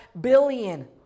billion